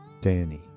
Danny